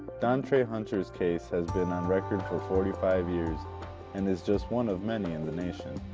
dontray hunter's case has been on record for forty five years and is just one of many in the nation.